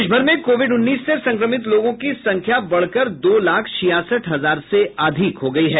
देश भर में कोविड उन्नीस से संक्रमित लोगों की संख्या बढकर दो लाख छियासठ हजार से अधिक हो गयी है